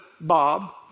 Bob